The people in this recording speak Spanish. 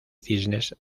cisnes